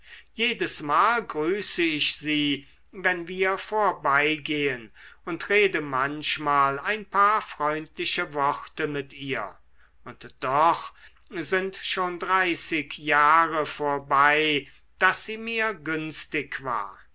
jedesmal grüße ich sie wenn wir vorbeigehen und rede manchmal ein paar freundliche worte mit ihr und doch sind schon dreißig jahre vorbei daß sie mir günstig war